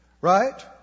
Right